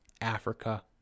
Africa